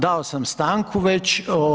Dao sam stanku već.